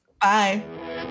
Bye